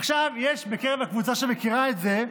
עכשיו, יש בקרב הקבוצה שמכירה את זה,